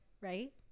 right